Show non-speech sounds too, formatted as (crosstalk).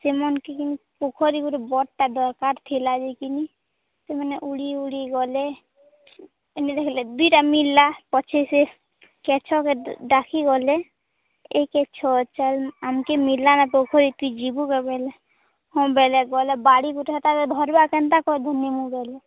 ସେମାନ କିନ୍ ପୋଖରୀ ଗୁଟେ ବଡ଼ ଟା ଦରକାର ଥିଲା ଯେ କିନି ସେମାନେ ଉଡ଼ି ଉଡ଼ି ଗଲେ ଏନେରେ ହେଲେ ବିଡ଼ା ମିଲ୍ଲା ପଛେ ସେ କେଛ ଡାକି ଗଲେ ଏ କେଛ ଚାଲ ଆମକେ ମିଲାନ ପୋଖରୀ ଥି ଯିବି କେ ବୋଏଲେ ହଁ ବୋଏଲେ ଗଲେ ବାଡ଼ି ଗୁଟେ ହେଟା କେ ଧରିବା କେନ୍ତା କର (unintelligible) ମୁଇଁ ବୋଏଲେ